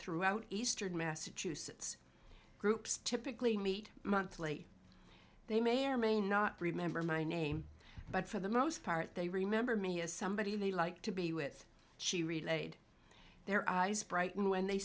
throughout eastern massachusetts groups typically meet monthly they may or may not remember my name but for the most part they remember me as somebody they like to be with she relayed their eyes brightened when they